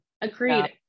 Agreed